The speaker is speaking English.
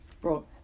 bro